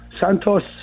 Santos